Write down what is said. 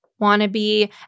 Wannabe